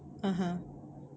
(uh huh)